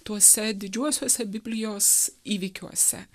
tuose didžiuosiuose biblijos įvykiuose